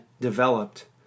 developed